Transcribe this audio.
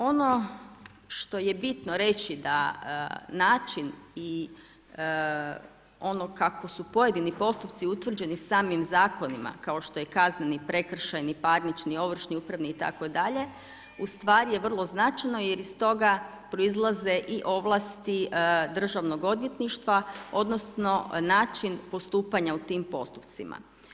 Ono što je bitno reći da način i ono kako su pojedini postupci utvrđeni samim zakonima kao što je kazneni, prekršajni, parnični i ovršni, upravni itd., ustvari je vrlo značajno jer iz toga proizlaze i ovlasti Državnog odvjetništva odnosno način postupanja u tim postupcima.